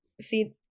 see